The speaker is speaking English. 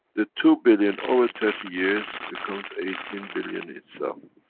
the two billion over thirty years, becomes eighteen billion itself.